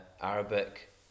Arabic